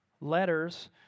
letters